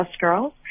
girls